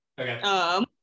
Okay